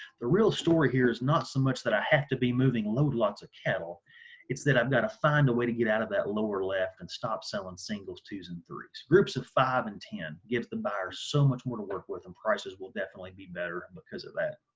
the real story here is not so much that i have to be moving load lots of cattle it's that i've got to find a way to get out of that lower left and stop selling singles, twos, and threes groups of five and ten gives the buyers so much more to work with and prices will definitely be better because of that.